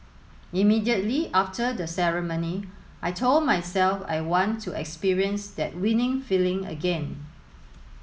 immediately after the ceremony I told myself I want to experience that winning feeling again